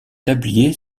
tablier